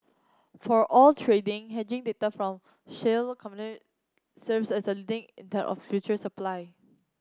for oil trading hedging data from shale company serves as a leading of future supply